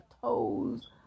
toes